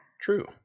True